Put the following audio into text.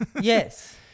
yes